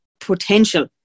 potential